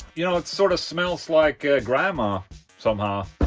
you know it sort of smells like grandma somehow,